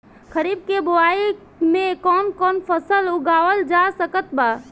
खरीब के बोआई मे कौन कौन फसल उगावाल जा सकत बा?